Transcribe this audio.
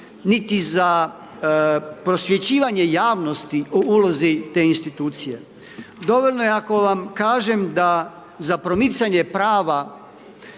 niti za prosvjećivanje javnosti o ulozi te institucije. Dovoljno je ako vam kažem, da za promicanje prava